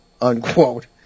unquote